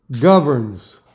governs